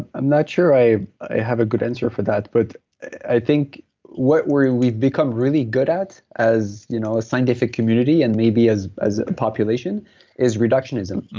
i'm not sure i i have a good answer for that, but i think what and we've become really good at as you know a scientific community and maybe as as a population is reductionism.